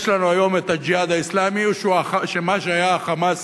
יש לנו היום "הג'יהאד האסלאמי" ומה שהיה ה"חמאס"